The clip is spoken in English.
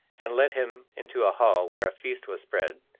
and led him into a hall where a feast was spread,